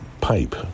pipe